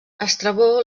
estrabó